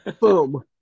Boom